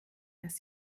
dass